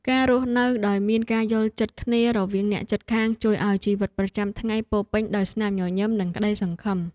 ការរស់នៅដោយមានការយល់ចិត្តគ្នារវាងអ្នកជិតខាងជួយឱ្យជីវិតប្រចាំថ្ងៃពោរពេញដោយស្នាមញញឹមនិងក្តីសង្ឃឹម។